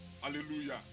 Hallelujah